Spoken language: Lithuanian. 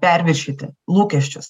perviršyti lūkesčius